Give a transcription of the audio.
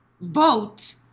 vote